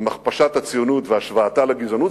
עם הכפשת הציונות והשוואתה לגזענות,